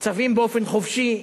צווים באופן חופשי,